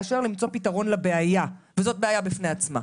מאשר למצוא פתרון לבעיה וזאת בעיה בפני עצמה.